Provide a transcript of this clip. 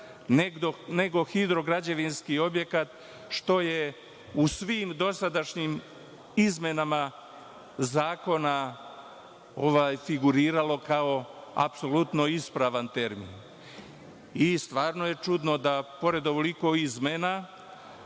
nego „hidrograđevinski objekat“, što je u svim dosadašnjim izmenama zakona figuriralo kao apsolutno ispravan termin. Stvarno je čudno da pored ovoliko izmena